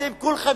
אתם כולכם,